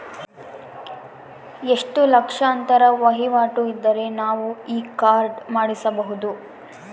ಎಷ್ಟು ಲಕ್ಷಾಂತರ ವಹಿವಾಟು ಇದ್ದರೆ ನಾವು ಈ ಕಾರ್ಡ್ ಮಾಡಿಸಬಹುದು?